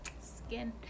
skin